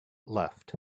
left